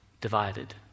divided